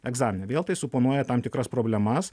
egzaminui vėl tai suponuoja tam tikras problemas